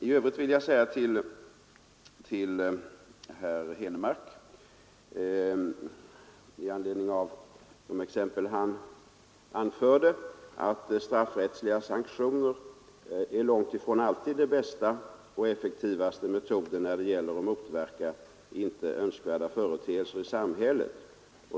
I övrigt vill jag säga till herr Henmark i anledning av de exempel han anförde, att straffrättsliga sanktioner långt ifrån alltid är den bästa och effektivaste metoden när det gäller att motverka icke önskvärda företeelser i samhället.